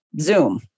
Zoom